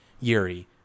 Yuri